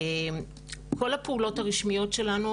כל הפעולות הרשמיות שלנו,